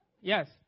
Yes